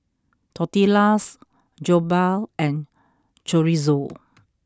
Tortillas Jokbal and Chorizo